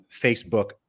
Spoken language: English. Facebook